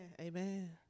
Amen